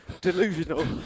Delusional